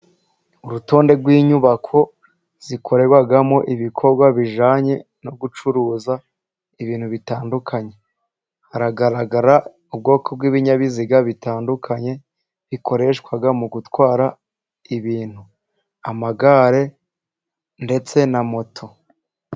Urutonde rw'inyubako zikorerwamo ibikorwa bijyanye no gucuruza ibintu bitandukanye. Haragaragara ubwoko bw'ibinyabiziga bitandukanye bikoreshwa mu gutwara ibintu. Amagare ndetse na moto.